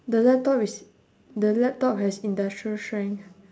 the laptop is the laptop has industrial strength